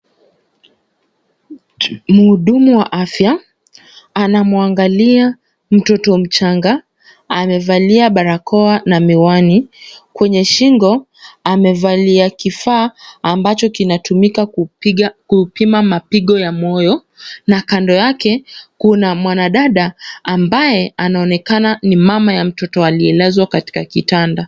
Mhudumu wa afya anamwangalia mtoto mchanga. Amevalia barakoa na miwani. Kwenye shingo, amevalia kifaa ambacho kinatumika kupima mapigo ya moyo na kando yake kuna mwanadada ambaye anaonekana ni mama ya mtoto aliyelazwa katika kitanda.